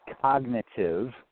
cognitive